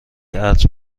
عطر